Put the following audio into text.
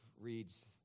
reads